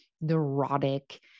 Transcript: neurotic